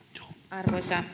arvoisa